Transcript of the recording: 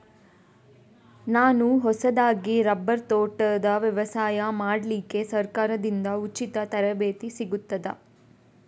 ನಾನು ಹೊಸದಾಗಿ ರಬ್ಬರ್ ತೋಟದ ವ್ಯವಸಾಯ ಮಾಡಲಿಕ್ಕೆ ಸರಕಾರದಿಂದ ಉಚಿತ ತರಬೇತಿ ಸಿಗುತ್ತದಾ?